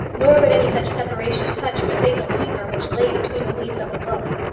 nor would any such separation touch the fatal paper which lay between the leaves of the book.